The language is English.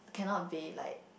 cannot be like